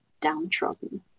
downtrodden